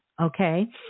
Okay